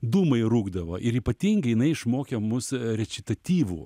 dūmai rūkdavo ir ypatingai jinai išmokė mus rečitatyvų